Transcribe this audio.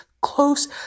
close